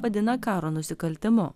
vadina karo nusikaltimu